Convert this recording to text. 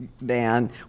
man